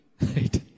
Right